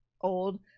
old